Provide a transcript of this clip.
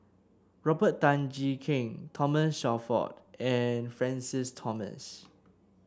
Robert Tan Jee Keng Thomas Shelford and Francis Thomas